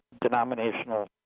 denominational